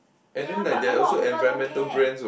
ya but a lot of people don't care